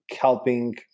helping